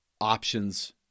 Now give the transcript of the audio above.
options